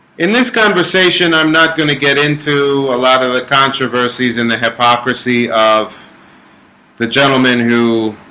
in this conversation i'm not going to get into a lot of the controversies in the hypocrisy of the gentleman who